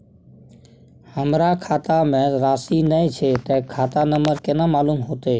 हमरा खाता में राशि ने छै ते खाता नंबर केना मालूम होते?